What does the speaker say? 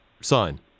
sign